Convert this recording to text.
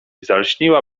zalśniła